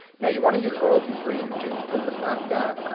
now you wanna use royalty-free images because of the fact that,